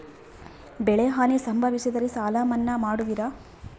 ಬೆಳೆಹಾನಿ ಸಂಭವಿಸಿದರೆ ಸಾಲ ಮನ್ನಾ ಮಾಡುವಿರ?